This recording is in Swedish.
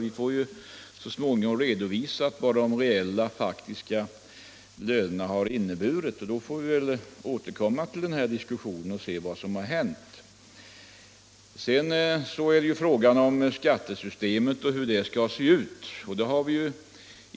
Vi får så småningom redovisat vad de faktiska lönerna har inneburit, och då har vi anledning att återkomma till den här diskussionen och se vad som har hänt. Sedan är det fråga om hur skattesystemet skall se ut.